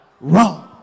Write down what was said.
wrong